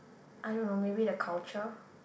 I don't know maybe the culture